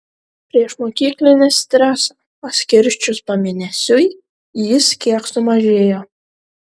priešmokyklinį stresą paskirsčius pamėnesiui jis kiek sumažėjo